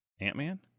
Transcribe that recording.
Ant-Man